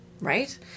Right